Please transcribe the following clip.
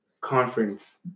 conference